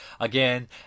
again